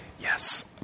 Yes